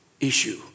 issue